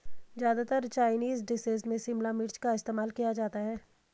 ज्यादातर Chinese dishes में शिमला मिर्च का इस्तेमाल किया जाता है